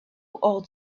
old